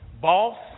boss